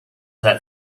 that